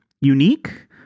unique